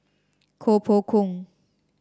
Koh Poh Koon